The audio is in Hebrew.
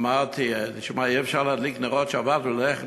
אמרתי: תשמעי, אי-אפשר להדליק נרות ולנסוע.